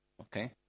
okay